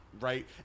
right